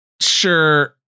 sure